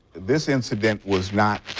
this incident was not,